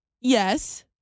Yes